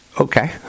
okay